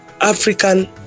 African